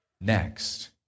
next